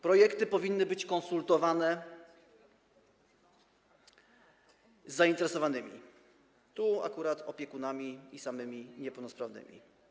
Projekty powinny być konsultowane z zainteresowanymi, tu akurat opiekunami i samymi niepełnosprawnymi.